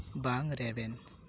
ᱵᱟᱝ ᱨᱮᱵᱮᱱ